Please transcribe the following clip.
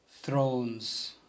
thrones